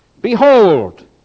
Behold